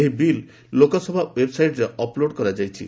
ଏହି ବିଲ୍ ଲୋକସଭା ଓ୍ୱେବ୍ସାଇଟ୍ରେ ଅପ୍ଲୋଡ କରାଯାଇଛି